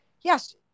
Yes